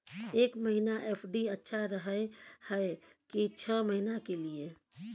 एक महीना एफ.डी अच्छा रहय हय की छः महीना के लिए?